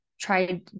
tried